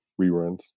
reruns